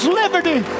liberty